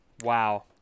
Wow